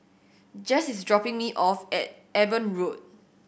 Jess is dropping me off at Eben Road